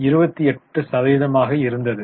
28 சதவீதமாக இருந்தது